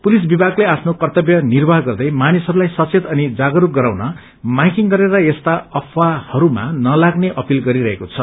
police विभागले आफ्नो कर्तव्य निर्वाह गर्दै मानिसहस्ताई सचेत अनि जागस्क गराउन माइकिंग गरेर यस्ता अफवाहमा नलाग्ने अपील गरिरहेको छ